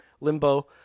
Limbo